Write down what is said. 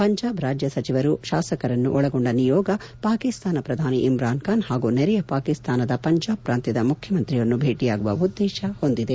ಪಂಜಾಬ್ ರಾಜ್ಯ ಸಚಿವರು ಶಾಸಕರನ್ನು ಒಳಗೊಂಡ ನಿಯೋಗ ಪಾಕಿಸ್ತಾನ ಪ್ರಧಾನಿ ಇಮ್ರಾನ್ ಖಾನ್ ಪಾಗೂ ನೆರೆಯ ಪಾಕಿಸ್ತಾನದ ಪಂಜಾಬ್ ಪ್ರಾಂತ್ಲದ ಮುಖ್ಯಮಂತ್ರಿ ಭೇಟಿಯಾಗುವ ಉದ್ದೇಶ ನಿಯೋಗ ಹೊಂದಿದೆ